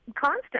constant